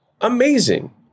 amazing